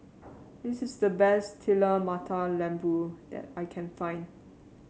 this is the best Telur Mata Lembu that I can find